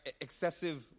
Excessive